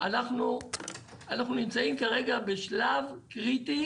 אנחנו נמצאים כרגע בשלב קריטי,